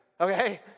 okay